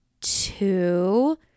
two